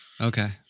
Okay